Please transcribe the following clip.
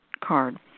card